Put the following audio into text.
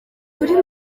kuri